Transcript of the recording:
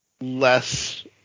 less